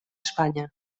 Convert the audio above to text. espanya